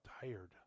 tired